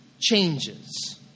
changes